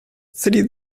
three